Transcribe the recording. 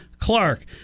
Clark